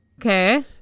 Okay